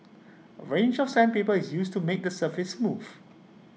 A range of sandpaper is used to make the surface smooth